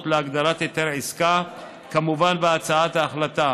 להגדרת היתר עסקה כמובא בהצעת ההחלטה,